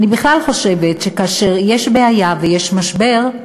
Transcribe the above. אני בכלל חושבת שכאשר יש בעיה ויש משבר,